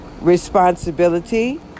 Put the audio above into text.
responsibility